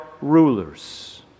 rulers